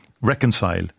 reconcile